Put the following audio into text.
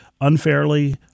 unfairly